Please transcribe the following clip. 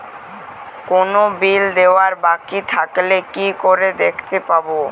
কোনো বিল দেওয়া বাকী থাকলে কি করে দেখতে পাবো?